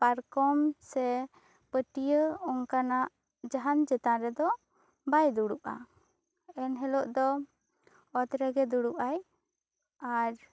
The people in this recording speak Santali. ᱯᱟᱨᱠᱚᱢ ᱥᱮ ᱯᱟᱹᱴᱤᱭᱟᱹ ᱚᱱᱠᱟᱱᱟᱜ ᱡᱟᱦᱟᱱ ᱪᱮᱛᱟᱱ ᱨᱮᱫᱚ ᱵᱟᱭ ᱫᱩᱲᱩᱵᱟ ᱮᱱ ᱦᱤᱞᱳᱜ ᱫᱚ ᱚᱛ ᱨᱮᱜᱮᱭ ᱫᱩᱲᱩᱵᱟ ᱟᱭ ᱟᱨ